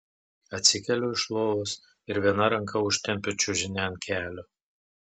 atsikeliu iš lovos ir viena ranka užtempiu čiužinį ant kelio